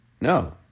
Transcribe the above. No